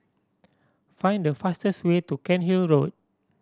find the fastest way to Cairnhill Road